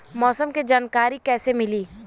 मौसम के जानकारी कैसे मिली?